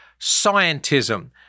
scientism